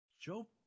Joe